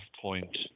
point